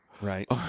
right